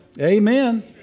Amen